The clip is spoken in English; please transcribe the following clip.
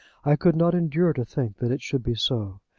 i could not endure to think that it should be so.